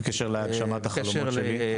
בקשר להגשמת החלומות שלי,